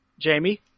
Jamie